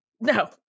No